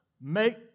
Make